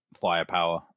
firepower